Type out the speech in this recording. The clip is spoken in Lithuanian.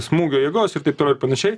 smūgio jėgos ir taip toliau ir panašiai